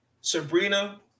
Sabrina